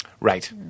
Right